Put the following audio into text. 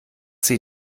sie